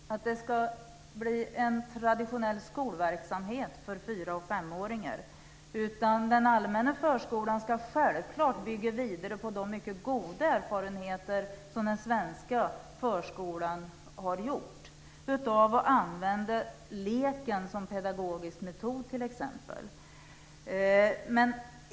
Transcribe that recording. Fru talman! Det är inte tal om att det ska bli en traditionell skolverksamhet för fyra och femåringar. Den allmänna förskolan ska självklart bygga vidare på de mycket goda erfarenheter som den svenska förskolan har gjort av att t.ex. använda leken som pedagogisk metod.